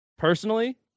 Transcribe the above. personally